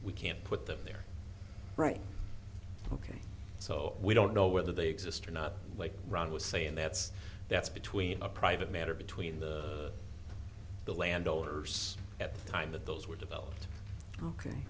we can't put them there right ok so we don't know whether they exist or not like ron was saying that's that's between a private matter between the landowners at the time that those were developed ok